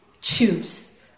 choose